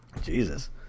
Jesus